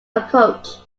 approach